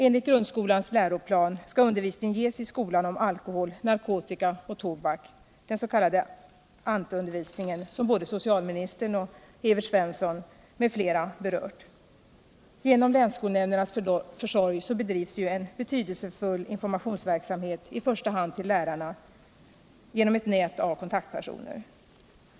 Enligt grundskolans läroplan skall undervisning ges om alkohol, narkotika och tobak, den s.k. ANT-undervisningen, som både socialministern och Evert Svensson m.fl. berört. Genom länsskolnämndernas försorg bedrivs en betydelsefull informationsverksamhet, i första hand för lärarna, genom ett nät av kontaktpersoner.